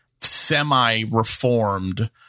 semi-reformed